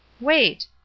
Wait